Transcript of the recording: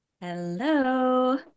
Hello